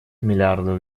миллиардов